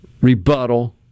rebuttal